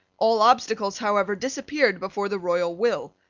all obstacles, however, disappeared before the royal will.